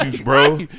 bro